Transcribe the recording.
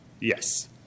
Yes